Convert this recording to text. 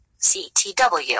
CTW